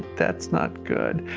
that's not good.